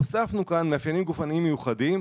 הוספנו כאן מאפיינים גופניים מיוחדים,